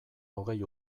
hogei